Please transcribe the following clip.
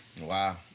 Wow